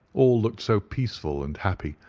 all looked so peaceful and happy,